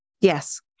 yes